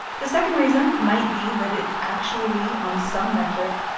the second reason might be that it's actually, on some metric,